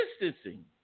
distancing